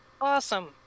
Awesome